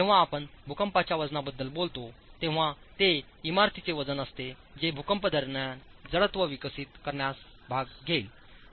जेव्हा आपण भूकंपाच्या वजनाबद्दल बोलतो तेव्हा ते इमारतीचे वजन असते जे भूकंप दरम्यान जडत्व विकसित करण्यास भाग घेईल